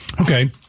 Okay